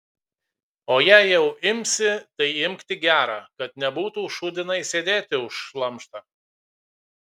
o jei jau imsi tai imk tik gerą kad nebūtų šūdinai sėdėti už šlamštą